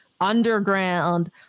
underground